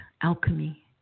alchemy